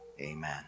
Amen